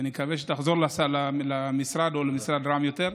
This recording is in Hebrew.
ואני מקווה שתחזור למשרד או למשרד רם יותר,